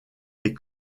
les